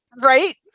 Right